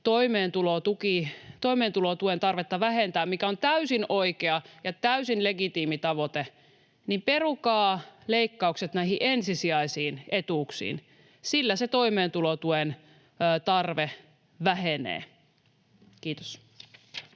toimeentulotuen tarvetta vähentää, mikä on täysin oikea ja täysin legitiimi tavoite, niin perukaa leikkaukset näihin ensisijaisiin etuuksiin. Sillä se toimeentulotuen tarve vähenee. — Kiitos.